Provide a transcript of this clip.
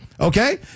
Okay